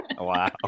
Wow